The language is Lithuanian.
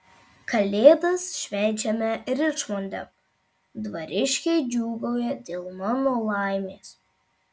kalėdas švenčiame ričmonde dvariškiai džiūgauja dėl mano laimės